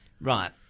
Right